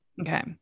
Okay